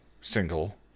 single